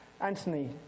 Anthony